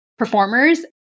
Performers